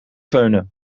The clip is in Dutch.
föhnen